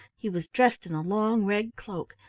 he was dressed in a long red cloak,